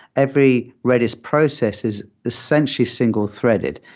every redis process is essentially single-threaded,